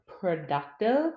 productive